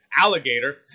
alligator